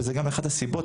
וזה גם אחת הסיבות,